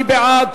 מי בעד?